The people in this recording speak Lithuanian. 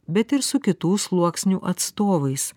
bet ir su kitų sluoksnių atstovais